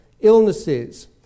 illnesses